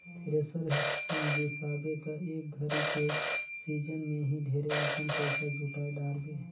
thresher बिसाबे त एक घरी के सिजन मे ही ढेरे अकन पइसा जुटाय डारबे